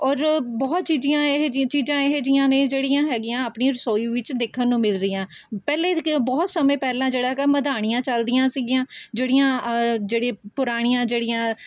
ਔਰ ਬਹੁਤ ਚੀਜ਼ੀਆਂ ਇਹ ਚੀਜ਼ਾਂ ਇਹੋ ਜਿਹੀਆਂ ਨੇ ਜਿਹੜੀਆਂ ਹੈਗੀਆਂ ਆਪਣੀ ਰਸੋਈ ਵਿੱਚ ਦੇਖਣ ਨੂੰ ਮਿਲ ਰਹੀਆਂ ਪਹਿਲੇ ਬਹੁਤ ਸਮੇਂ ਪਹਿਲਾਂ ਜਿਹੜਾ ਹੈਗਾ ਮਧਾਣੀਆਂ ਚੱਲਦੀਆਂ ਸੀਗੀਆਂ ਜਿਹੜੀਆਂ ਜਿਹੜੇ ਪੁਰਾਣੀਆਂ ਜਿਹੜੀਆਂ